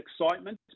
excitement